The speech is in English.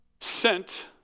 sent